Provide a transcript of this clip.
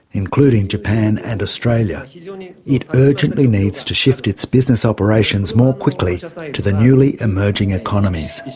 including japan and australia. it urgently needs to shift its business operations more quickly to to the newly emerging economies.